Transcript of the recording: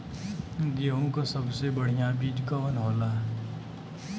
गेहूँक सबसे बढ़िया बिज कवन होला?